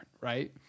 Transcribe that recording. right